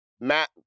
Matt